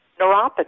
neuropathy